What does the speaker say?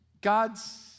God's